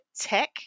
tech